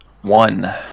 One